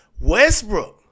Westbrook